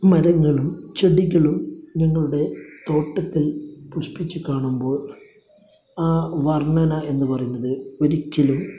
മരങ്ങളും ചെടികളും ഞങ്ങളുടെ തോട്ടത്തിൽ പുഷ്പിച്ച് കാണുമ്പോൾ ആ വർണ്ണന എന്ന് പറയുന്നത് ഒരിക്കലും